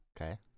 Okay